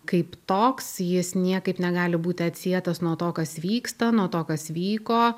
kaip toks jis niekaip negali būti atsietas nuo to kas vyksta nuo to kas vyko